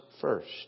first